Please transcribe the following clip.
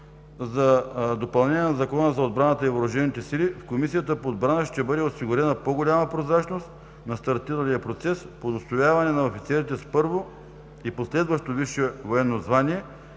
за допълнение на Закона за отбраната и въоръжените сили в Комисията по отбрана ще бъде осигурена по голяма прозрачност на стартиралия процес по удостояване на офицерите първо, и последващо висше военно звание,